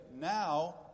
now